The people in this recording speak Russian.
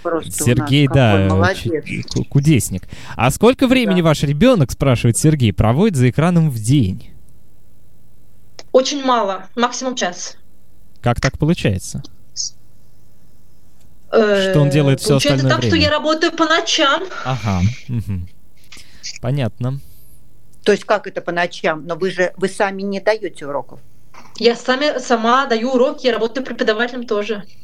Просто у нас Сергей, какой да, очень молодец. ку- кудесник. А сколько времени Да. ваш ребенок, спрашивает Сергей, проводит за экраном в день? Очень мало. Максимум час. Как так получается? С- Что он э, делает все получается остальное так, что время? я работаю по ночам. Ага, мгм. Понятно. То есть как это по ночам? Но вы же- вы сами не даете уроков. Я сами- сама даю уроки, я работаю преподавателем тоже.